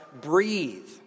breathe